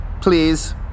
please